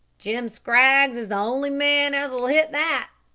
jim scraggs is the only man as'll hit that,